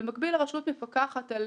הרשות מפקחת על